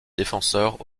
défenseurs